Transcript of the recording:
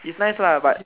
it's nice lah but